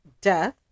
death